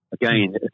Again